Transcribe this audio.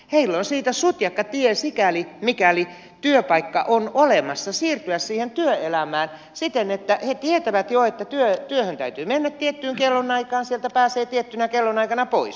heillä on siitä sutjakka tie sikäli mikäli työpaikka on olemassa siirtyä työelämään siten että he tietävät jo että työhön täytyy mennä tiettyyn kellonaikaan ja sieltä pääsee tiettynä kellonaikana pois